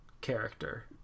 character